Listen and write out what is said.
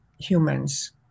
humans